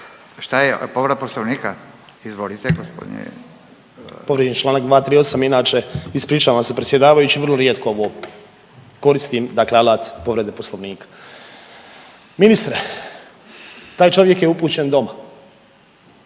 Šta je? Povreda Poslovnika? Izvolite gospodine. **Kujundžić, Ante (MOST)** Povrijeđen je čl. 238. Inače, ispričavam se predsjedavajući, vrlo rijetko ovo koristim, dakle alat povrede Poslovnika. Ministre, taj čovjek je upućen doma.